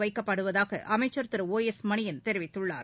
வைக்கப்படுவதாக அமைச்சர் திரு ஒ எஸ் மணியன் தெரிவித்துள்ளார்